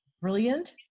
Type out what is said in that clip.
Brilliant